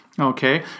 Okay